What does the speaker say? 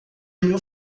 meu